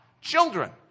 Children